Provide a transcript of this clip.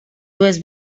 dues